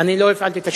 לא הפעלתי את השעון.